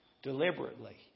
deliberately